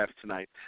tonight